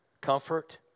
Comfort